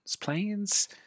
planes